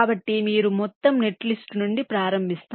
కాబట్టి మీరు మొత్తం నెట్లిస్ట్ నుండి ప్రారంభిస్తాం